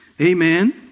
Amen